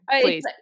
please